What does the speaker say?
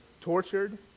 tortured